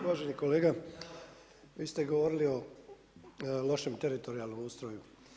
Uvaženi kolega, vi ste govorili o lošem teritorijalnom ustroju.